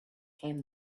came